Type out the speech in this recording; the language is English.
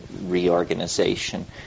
reorganization